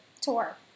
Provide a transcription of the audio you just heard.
tour